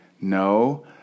no